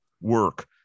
work